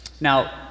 Now